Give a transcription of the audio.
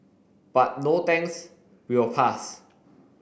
but no thanks we'll pass